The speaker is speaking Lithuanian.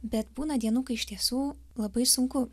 bet būna dienų kai iš tiesų labai sunku